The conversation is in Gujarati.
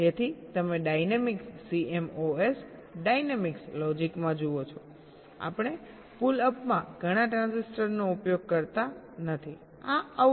તેથી તમે ડાયનેમિક્સ CMOS ડાયનેમિક્સ લોજિકમાં જુઓ છો આપણે પુલ અપમાં ઘણા ટ્રાન્ઝિસ્ટરનો ઉપયોગ કરતા નથી આ આઉટપુટ છે